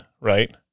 right